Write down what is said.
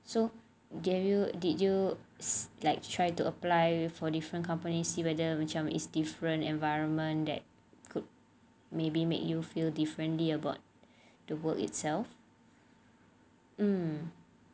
so g~ you did you like try to apply for different companies see whether macam is different environment that could maybe make you feel differently about the work itself